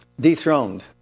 Dethroned